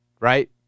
right